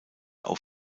auf